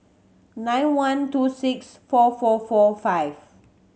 nine one two six four four four five